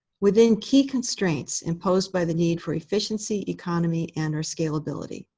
within key constraints imposed by the need for efficiency, economy, and or scalability.